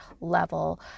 level